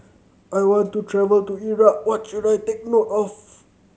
I want to travel to Iraq what should I take note of